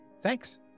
Thanks